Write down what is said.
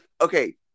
Okay